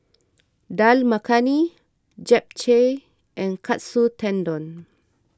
Dal Makhani Japchae and Katsu Tendon